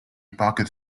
pocket